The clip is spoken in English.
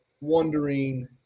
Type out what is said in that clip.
wondering